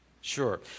Sure